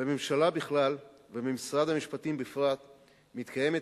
בממשלה בכלל ובמשרד המשפטים בפרט מתקיימת